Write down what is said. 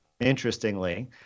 interestingly